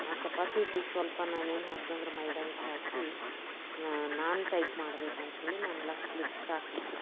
ಆ ಚಪಾತಿ ಹಿಟ್ಟಿಗೆ ಸ್ವಲ್ಪ ನಾನೇನು ಹಾಕಿದೆ ಅಂದ್ರೆ ಮೈದಾಹಿಟ್ಟು ಹಾಕಿ ನಾನು ಟೈಪ್ ಮಾಡ್ಬೇಕಂಥೇಳಿ ನಾನು ಲಟ್ಸ್ಲಿಕ್ಕೆ ಸ್ಟಾರ್ಟ್ ಮಾಡ್ದೆ